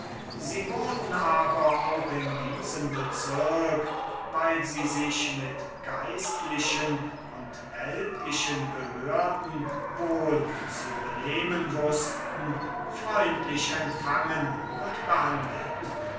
sie wurden aber auch in diesem bezirk weil sie sich mit geistlichen und weltlichen behörden wohl zu benehmen wußten freundlich empfangen und behandelt